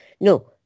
no